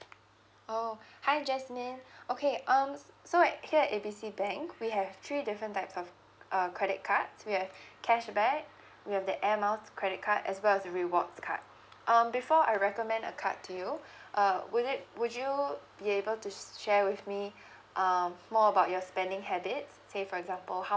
oh hi jasmine okay um so at here at A B C bank we have three different types of uh credit cards we have cashback we have the air miles credit card as well as the rewards card um before I recommend a card to you uh would it would you be able to share with me um more about your spending habits say for example